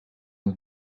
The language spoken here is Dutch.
het